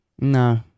No